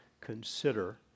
consider